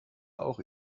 auch